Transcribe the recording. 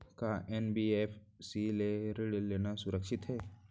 का एन.बी.एफ.सी ले ऋण लेना सुरक्षित हे?